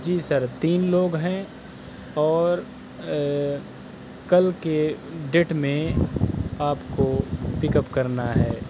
جی sir تین لوگ ہیں اور کل کے ڈیٹ میں آپ کو پک اپ کرنا ہے